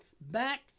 back